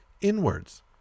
inwards